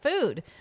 food